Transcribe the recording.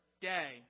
day